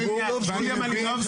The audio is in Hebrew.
שלך?